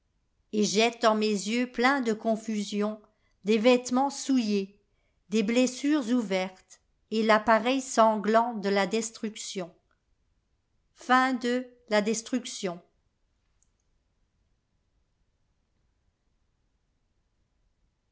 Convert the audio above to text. et jette dans mes yeux pleins de confusiondes vêtements souillés des blessures ouvertes et l'appareil sanglant de la destruction